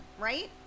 right